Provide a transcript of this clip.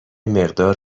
مقدار